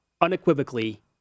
unequivocally